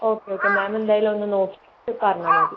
okay okay ma'am എന്തായാലും ഒന്ന് നോക്കീട്ട് പറഞ്ഞാൽ മതി